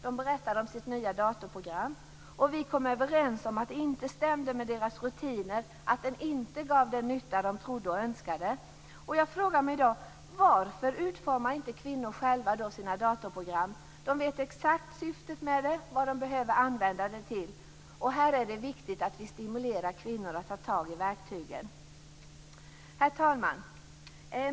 De berättade om sitt nya datorprogram. Vi kom överens om att det inte stämde med deras rutiner och att det inte gav den nytta de trodde och önskade. Jag frågade mig då: Varför utformar inte kvinnor själva sina datorprogram? De vet exakt syftet med det och vad de behöver använda det till. Här är det viktigt att vi stimulerar kvinnor att ta tag i verktygen. Herr talman!